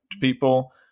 people